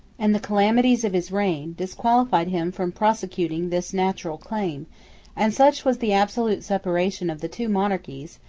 and the calamities of his reign, disqualified him from prosecuting this natural claim and such was the absolute separation of the two monarchies,